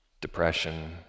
depression